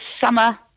summer